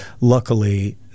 luckily